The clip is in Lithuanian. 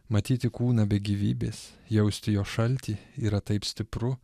matyti kūną be gyvybės jausti jo šaltį yra taip stipru